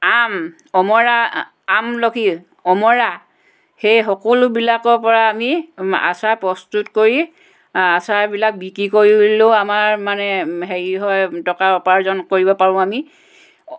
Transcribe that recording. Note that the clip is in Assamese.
আম অমৰা আমলখি অমৰা সেই সকলোবিলাকৰ পৰা আমি আচাৰ প্ৰস্তুত কৰি আচাৰবিলাক বিক্ৰী কৰিলেও আমাৰ মানে হেৰি হয় টকা উপাৰ্জন কৰিব পাৰোঁ আমি